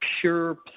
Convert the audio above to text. pure